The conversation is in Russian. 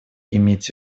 иметь